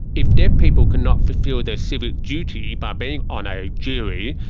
if deaf people cannot fulfil their civic duty by being on a jury,